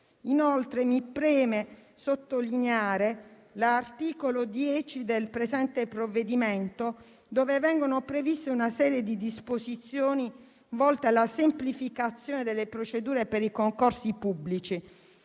Inoltre, mi preme sottolineare l'articolo 10 del presente provvedimento, dove vengono previste una serie di disposizioni volte alla semplificazione delle procedure per i concorsi pubblici.